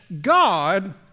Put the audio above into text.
God